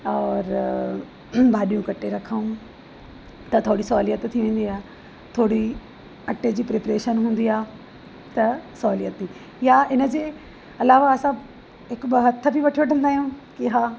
और भाॼियूं कटे रखूं त थोरी सोहलियत थी वेंदी आहे थोरी अटे जी प्रिपरेशन हूंदी आहे त सोहलियत या इनजे अलावा असां हिक ॿ हथ बि वठी वठंदा आहियूं की हा